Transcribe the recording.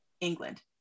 England